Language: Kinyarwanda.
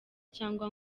cyangwa